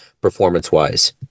performance-wise